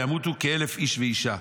וימותו כאלף איש ואישה".